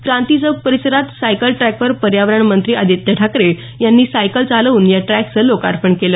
क्रांतिचौक परिसरात सायकल ट्रॅकवर पर्यावरण मंत्री आदित्य ठाकरे यांनी सायकल चालवून या ट्रॅकचं लोकार्पण केलं